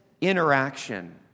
interaction